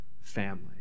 family